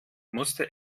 musste